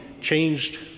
changed